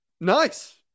nice